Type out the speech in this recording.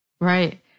Right